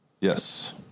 Yes